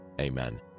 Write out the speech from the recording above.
Amen